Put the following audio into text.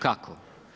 Kako?